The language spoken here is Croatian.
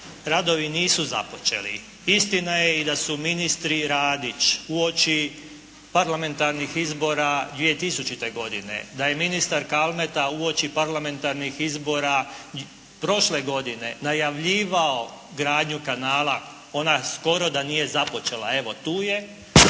Radovi nisu započeli. Istina je i da su ministri Radić uoči parlamentarnih izbora 2000. godine, da je ministar Kalmeta uoči parlamentarnih izbora prošle godine najavljivao gradnju kanala ona skoro da nije započela evo tu je